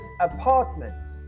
apartments